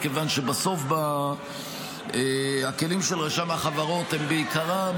מכיוון שבסוף הכלים של רשם החברות הם בעיקרם